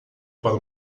para